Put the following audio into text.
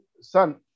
son